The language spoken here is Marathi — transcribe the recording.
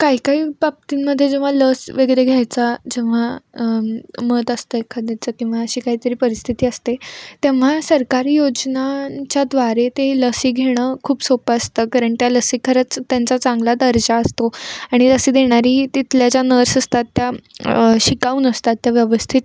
काही काही बाबतींमध्ये जेव्हा लस वगैरे घ्यायचा जेव्हा मत असतं एखाद्याच किंवा अशी काहीतरी परिस्थिती असते तेव्हा सरकारी योजनांच्याद्वारे ते लसी घेणं खूप सोपं असतं कारण त्या लसी खरंच त्यांचा चांगला दर्जा असतो आणि लस देणारी तिथल्या ज्या नर्स असतात त्या शिकाऊ नसतात त्या व्यवस्थित